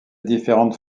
différentes